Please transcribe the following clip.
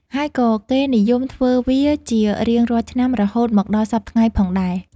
ហើយក៏គេនិយមធ្វើវាជារៀងរាល់ឆ្នាំរហូតមកដល់សព្វថ្ងៃផងដែរ។